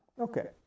Okay